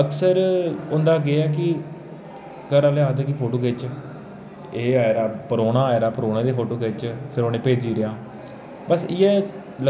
अक्सर होंदा केह् ऐ की घरै आह्ले आखदे कि फोटो खिच्च एह् आये दा परौह्ना आये दा परौह्ने दे फोटो खिच्च भी उनें भेजी ओड़ेआं बस इयै